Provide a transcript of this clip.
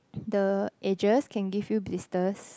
the edges can give you blisters